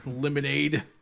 Lemonade